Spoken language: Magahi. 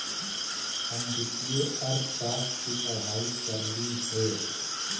हम वित्तीय अर्थशास्त्र की पढ़ाई करली हे